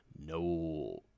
No